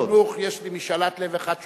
כבוד שר החינוך, יש לי משאלת לב אחת.